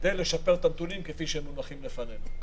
כדי לשפר את הנתונים, כפי שהם מונחים לפנינו.